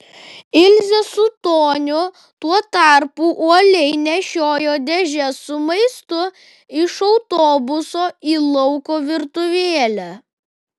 ilzė su toniu tuo tarpu uoliai nešiojo dėžes su maistu iš autobuso į lauko virtuvėlę